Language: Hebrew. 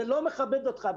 אבישי, זה לא מכבד אותך.